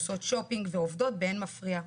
עושות שופינג ועובדות באין מפריע.